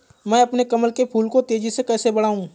मैं अपने कमल के फूल को तेजी से कैसे बढाऊं?